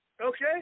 okay